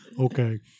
Okay